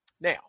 Now